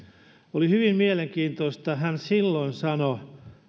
oli hyvin mielenkiintoista kun hän silloin sanoi